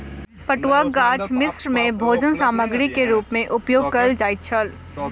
पटुआक गाछ मिस्र में भोजन सामग्री के रूप में उपयोग कयल जाइत छल